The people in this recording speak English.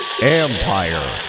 Empire